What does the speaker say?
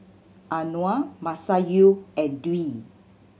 Anuar Masayu and Dwi